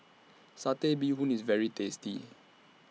Satay Bee Hoon IS very tasty